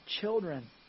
children